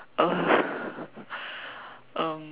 uh um